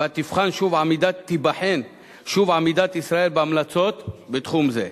ובה תיבחן שוב עמידת ישראל בהמלצות בתחום זה.